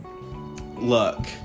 look